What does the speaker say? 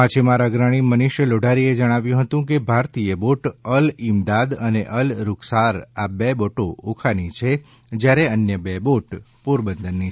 માછીમાર અગ્રણી મનીષ લોઢારીએ જણાવ્યું હતું કે ભારતીય બોટ અલ ઇમદાદ અને અલ રુખસાર આ બે બોટ ઓખાની છે જ્યારે અન્ય બે બોટ પોરબંદરની છે